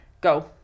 Go